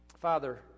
Father